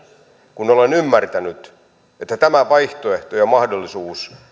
kun olen ymmärtänyt että tämä vaihtoehto ja mahdollisuus